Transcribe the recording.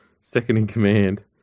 second-in-command